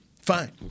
fine